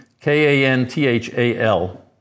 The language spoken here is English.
K-A-N-T-H-A-L